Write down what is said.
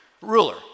ruler